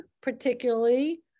particularly